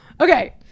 Okay